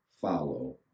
follow